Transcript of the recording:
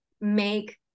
make